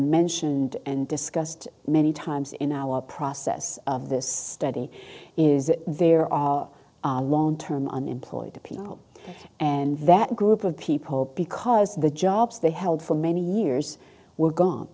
mentioned and discussed many times in our process of this study is that there are are long term unemployed people and that group of people because the jobs they held for many years were gone